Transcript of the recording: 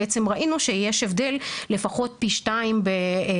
בעצם ראינו שיש הבדל לפחות פי 2 בשיעור